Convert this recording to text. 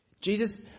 Jesus